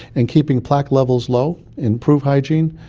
and keeping plaque levels low, improve hygiene,